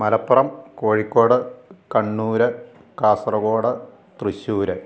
Malappuram Kozhikode Kannur Kasaragod Thrissur